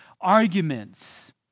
arguments